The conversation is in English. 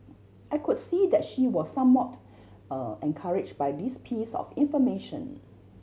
I could see that she was somewhat encourage by this piece of information